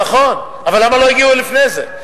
נכון, אבל למה לא הגיעו לפני זה?